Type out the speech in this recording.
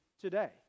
today